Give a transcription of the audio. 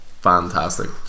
fantastic